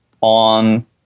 on